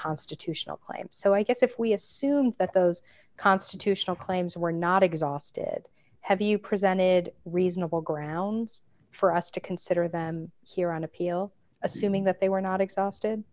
constitutional claims so i guess if we assume that those constitutional claims were not exhausted have you presented reasonable grounds for us to consider them here on appeal assuming that they were not exhausted